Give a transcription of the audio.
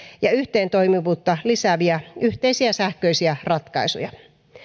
ja yhteentoimivuutta lisääviä yhteisiä sähköisiä ratkaisuja